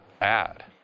ad